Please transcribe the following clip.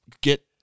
Get